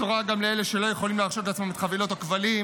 בשורה גם לאלה שלא יכולים להרשות לעצמם את חבילות הכבלים,